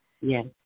Yes